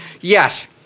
yes